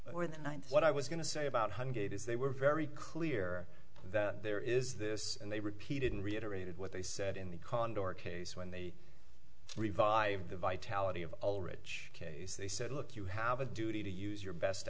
or the ninth what i was going to say about one hundred is they were very clear that there is this and they repeated in reiterated what they said in the condo or case when they revived the vitality of all rich case they said look you have a duty to use your best